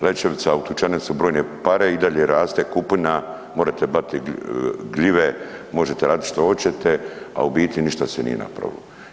Lećevica, utučene su brojne pare, i dalje raste kupina, morete brati gljive, možete raditi što hoćete, a u biti, ništa se nije napravilo.